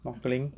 snorkeling